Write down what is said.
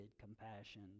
compassion